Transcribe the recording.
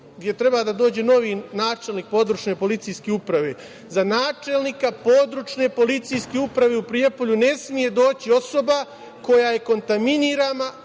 gde treba da dođe novi načelnik područne policijske uprave. Za načelnika područne policijske uprave u Prijepolju ne sme doći osoba koja je kontaminirana